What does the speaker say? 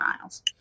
miles